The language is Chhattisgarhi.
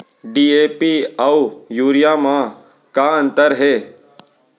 डी.ए.पी अऊ यूरिया म का अंतर हे?